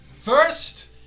first